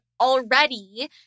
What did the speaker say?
already